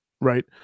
right